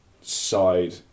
side